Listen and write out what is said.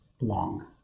long